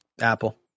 Apple